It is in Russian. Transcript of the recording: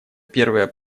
первое